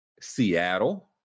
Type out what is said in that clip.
Seattle